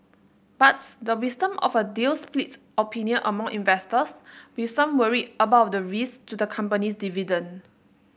but the wisdom of a deal splits opinion among investors with some worried about the risk to the company's dividend